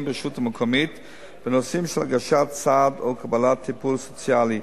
ברשות המקומית בנושאים של הגשת סעד או קבלת טיפול סוציאלי.